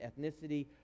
ethnicity